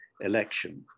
election